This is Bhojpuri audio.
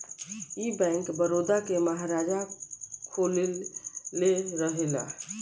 ई बैंक, बड़ौदा के महाराजा खोलले रहले